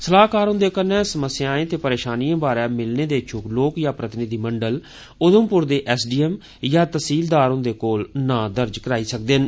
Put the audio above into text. सलाहकार हुन्दे कन्नै समस्याएं ते परेशानिएं बारै मिलने दे इच्छुक लोक या प्रतिनिधिमंडल उधमपुर दे एस डी एम या तहसीलदार हुन्दे कोल नां दर्ज करवाई सकदे न